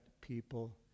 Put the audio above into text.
people